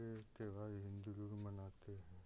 ये त्योहार हिन्दू लोग मनाते हैं